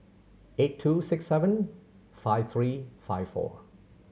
eight two six seven five three five four